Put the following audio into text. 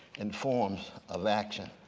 and forms of action.